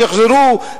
שיחזרו,